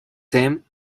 them